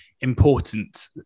important